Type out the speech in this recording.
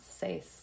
say